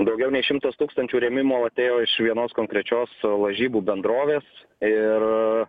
daugiau nei šimtas tūkstančių rėmimo atėjo iš vienos konkrečios lažybų bendrovės ir